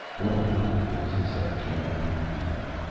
what a perfect place to set a trap, he thought.